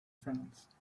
france